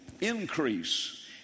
increase